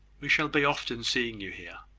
we shall be often seeing you here.